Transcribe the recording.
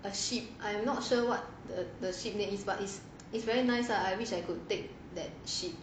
the ship I I'm not sure what the the ship that is but it's it's very nice lah I wish I could take that ship